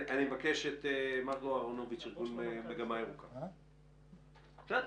מרגו אהרונוביץ', ארגון מגמה ירוקה, בבקשה.